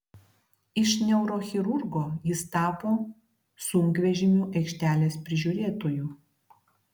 iš neurochirurgo jis tapo sunkvežimių aikštelės prižiūrėtoju